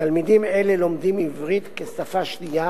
תלמידים אלה לומדים עברית כשפה שנייה